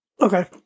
Okay